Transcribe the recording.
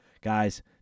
Guys